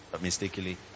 mistakenly